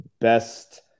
best